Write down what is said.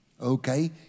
okay